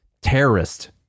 terrorist